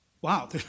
wow